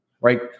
right